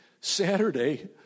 Saturday